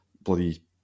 bloody